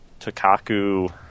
Takaku